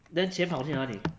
then 钱跑去哪里